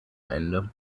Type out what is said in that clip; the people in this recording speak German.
ende